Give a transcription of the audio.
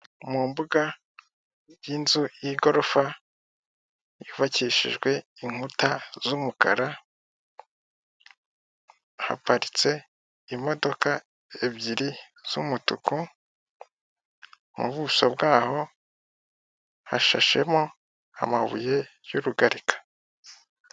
Mu mbuga y'inzu y'igorofa yubakishijwe inkuta z'umukara haparitse imodoka ebyiri z'umutuku, m'ubuso bwaho hashashemo amabuye y'urugarika.